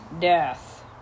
death